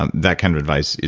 um that kind of advice,